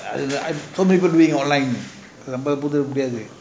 err I probably not doing online நம்ம நாலா முடியாது:namma naala mudiyathu